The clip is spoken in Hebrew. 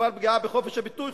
המדובר בפגיעה בחופש הביטוי,